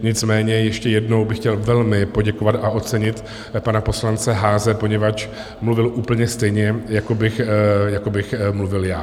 Nicméně ještě jednou bych chtěl velmi poděkovat a ocenit pana poslance Haase, poněvadž mluvil úplně stejně, jako bych mluvil já.